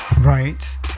Right